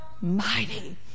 Mighty